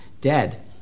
dead